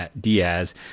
diaz